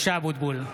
(קורא בשמות חברי הכנסת) משה אבוטבול,